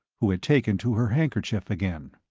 who had taken to her handkerchief again.